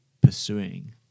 pursuing